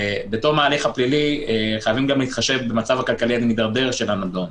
בתום ההליך הפלילי חייבים גם להתחשב במצב הכלכלי המתדרדר של הנידון.